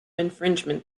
infringement